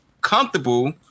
comfortable